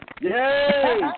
Yay